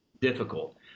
difficult